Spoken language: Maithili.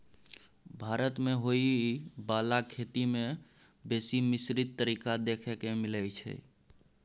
भारत मे होइ बाला खेती में बेसी मिश्रित तरीका देखे के मिलइ छै